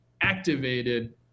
activated